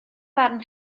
barn